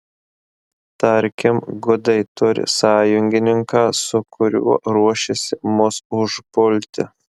tarkim gudai turi sąjungininką su kuriuo ruošiasi mus užpulti